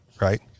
right